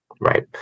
right